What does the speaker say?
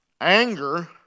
Anger